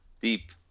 Deep